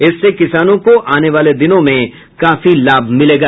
इससे किसानों को आने वाले दिनों में काफी लाभ मिलेगा